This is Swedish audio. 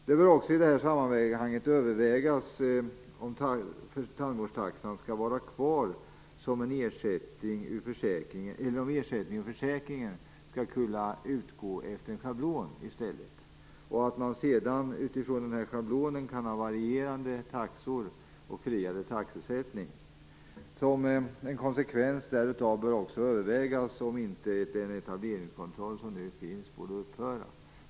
Det bör även i sammanhanget övervägas om tandvårdstaxan skall vara kvar eller om en ersättning ur försäkringen i stället skall utgå efter schablon. Utifrån denna schablon kan man sedan ha varierande taxor och friare taxesättning. Som en konsekvens av detta bör övervägas om inte den nuvarande etableringskontrollen borde upphöra.